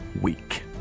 week